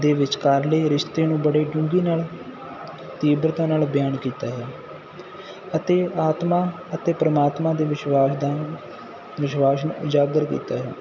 ਦੇ ਵਿਚਕਾਰਲੇ ਰਿਸ਼ਤੇ ਨੂੰ ਬੜੇ ਡੂੰਘੀ ਨਾਲ ਤੀਬਰਤਾ ਨਾਲ ਬਿਆਨ ਕੀਤਾ ਹੈ ਅਤੇ ਆਤਮਾ ਅਤੇ ਪਰਮਾਤਮਾ ਦੇ ਵਿਸ਼ਵਾਸ ਦਾ ਵਿਸ਼ਵਾਸ ਨੂੰ ਉਜਾਗਰ ਕੀਤਾ ਹੈ